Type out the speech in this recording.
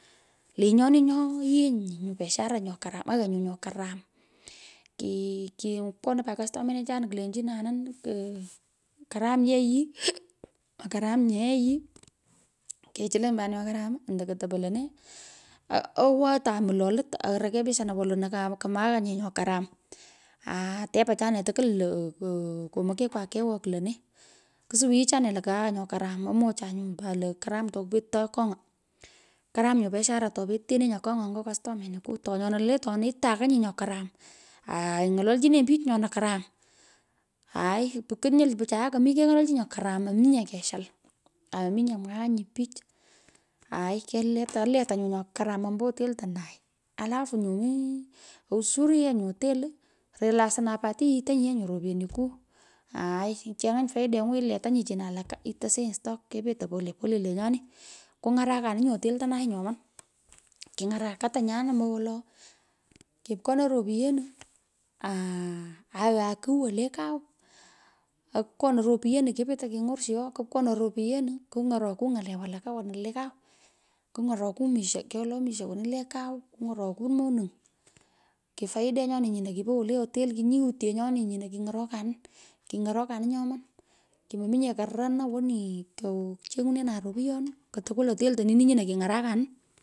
Lenyoni nyo yienyi nyo biashara nyo karam, kipkonei pat customenichan kulenchinanin, karam yee yii, mokaram nye yee yii, kechulonyi. pan nyo karam, ando kotapo lenee, aotan mulo lot arekebishanan wolonu komeanye nyo karam. Aaa tepan achane tukwul lo, kemchekekwa keghnwon lenee. Kusuwoyi ochane lo kaghan nyo karam. omwochan pat nyu lo karam to kupetito akong’a. Karam nyo biashara topetutenenyi akonya nyo customenikwa to anyona le ten itakanyi nyo haram, aai ny’ololchinenyi pich nyeona karam aai. kunyoil pichue kemi keng’ololchinyi nyo karam mominye keshal aa mominye mwaanyi pich aai kelet. aletanyu nyo karam ombo hotel to nai. Alafu ye nyu mii. uzuri nyu ye hoteli reloi pat ryitonyi yee ropyenikwuaai icheny’anyi faideng’u. iletanyi chino alaka itosenyi stock kepetei polepole lenyoni. Kung’arakanin nyu hotel tonai nyoman. Kingarak katanyan ombowolo kipkonoi ropyenu aaghan kigh wote kau. pkonoi ropyenu kepetei keny’orshoi kupkonoi ropyeniu. kung’orokui ny’ale walaka wono le kau kung’oroku misho kyolo misho woni le kau. kung’oroku hotel monuny kifaide nyoni nyino kipo wole hotel kinyuitye nyoni nyino kiny’orokanin. kinyorokanin nyoman. mominye karrana wono kyocheng’unenan ropyon ku tukwul hotelonini nyino kiny’arakanin